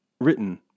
written